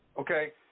okay